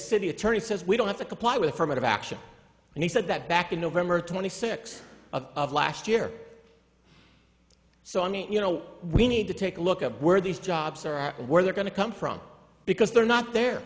city attorney says we don't have to comply with affirmative action and he said that back in november twenty sixth of last year so i mean you know we need to take a look at where these jobs are at where they're going to come from because they're not there